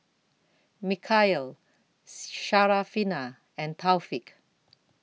Mikhail Syarafina and Taufik